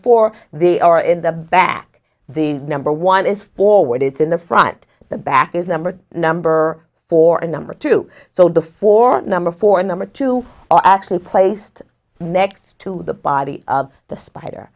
for the are in the back the number one is forward it's in the front the back is number number four and number two so the four number four number two are actually placed next to the body of the spider